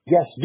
Yes